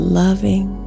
loving